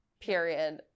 Period